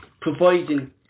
providing